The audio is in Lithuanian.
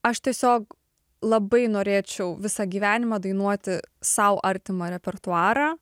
aš tiesiog labai norėčiau visą gyvenimą dainuoti sau artimą repertuarą